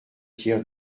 tiers